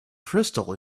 crystal